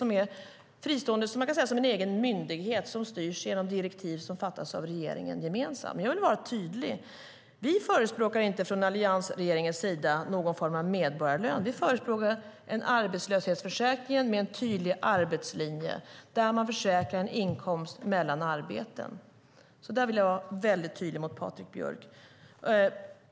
Man kan säga att det är som en egen myndighet som styrs via direktiv som fattas av regeringen gemensamt. Jag vill vara tydlig med att vi från alliansregeringens sida inte förespråkar någon form av medborgarlön. Vi förespråkar en arbetslöshetsförsäkring med tydlig arbetslinje där man försäkrar en inkomst mellan arbeten. Det vill jag vara väldigt tydlig med.